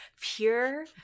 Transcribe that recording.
pure